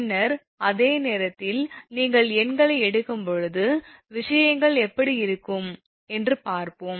பின்னர் அந்த நேரத்தில் நீங்கள் எண்களை எடுக்கும்போது விஷயங்கள் எப்படி இருக்கும் என்று பார்ப்போம்